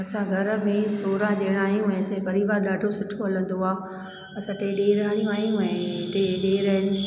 असां घर में सोरहां ॼणा आहियूं ऐं असांजे परिवारु ॾाढो सुठो हलंदो आहे असां टे ॾेराणियूं आहियूं ऐं टे ॾेर आहिनि